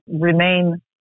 remain